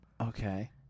Okay